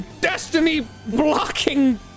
destiny-blocking